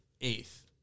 eighth